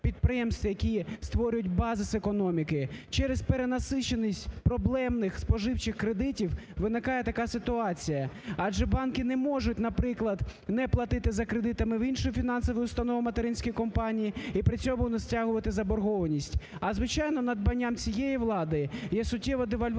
підприємств, які створюють базис економіки. Через перенасиченість проблемних споживчих кредитів виникає така ситуація, адже банки не можуть, наприклад, не платити за кредитами в інші фінансові установи, материнські компанії і при цьому не стягувати заборгованість. А, звичайно, надбанням цієї влади є суттєва девальвація